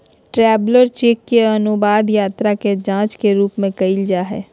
travellers cheque के अनुवाद यात्रा के जांच के रूप में कइल जा हइ